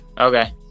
okay